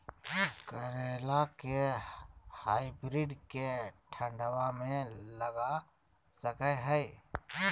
करेला के हाइब्रिड के ठंडवा मे लगा सकय हैय?